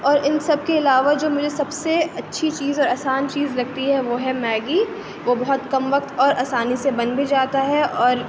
اور ان سب کے علاوہ جو مجھے سب سے اچھی چیز اور آسان چیز لگتی ہے وہ ہے میگی وہ بہت کم وقت اور آسانی سے بن بھی جاتا ہے اور